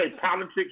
politics